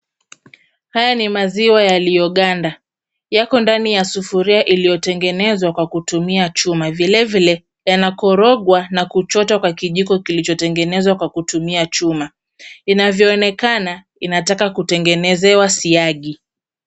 Haya ni maziwa yaliyoganda. Yako ndani ya sufuria iliyotengenezwa kwa kutumia chuma. Vilevile, yanakorogwa na kuchotwa kwa kijiko kilichotengenezwa kwa kutumia chuma. Inavyoonekana inataka kutengenezewa siagi.